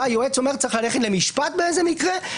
היועץ אומר שצריך ללכת למשפט באיזה מקרה,